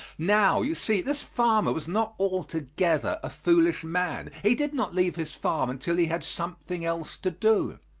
now, you see, this farmer was not altogether a foolish man. he did not leave his farm until he had something else to do.